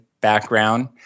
background